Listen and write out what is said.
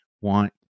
want